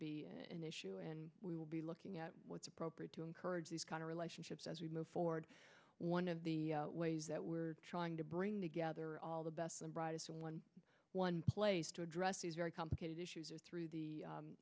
be an issue and we will be looking at what's appropriate to encourage these kind of relationships as we move forward one of the ways that we're trying to bring together all the best and brightest in one one place to address these very complicated issues through the